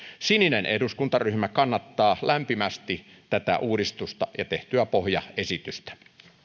sininen eduskuntaryhmä kannattaa lämpimästi tätä uudistusta ja tehtyä pohjaesitystä